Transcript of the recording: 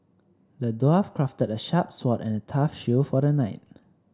the dwarf crafted a sharp sword and a tough shield for the knight